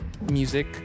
music